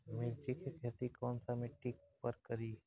मिर्ची के खेती कौन सा मिट्टी पर करी?